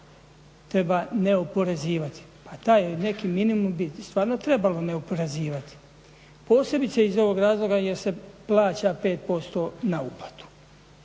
treba ne oporezivati. Pa taj neki minimum bi stvarno trebalo ne oporezivati, posebice iz ovog razloga jer se plaća 5% na uplatu.